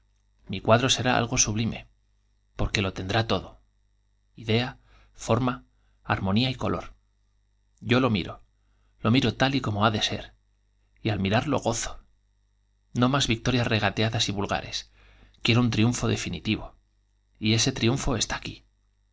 mi cuadro será algo sublime porque lo tendrá todo idea forma armonía y color yo lo miro lo miro tal y corno ha de ser y al mirarlo gozo o más victorias regateadas y triunfo vulgares quiero un definitivo y ese triunfo está aquí